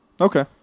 Okay